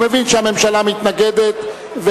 הוא מבין שהממשלה מתנגדת,